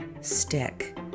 stick